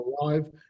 alive